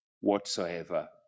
whatsoever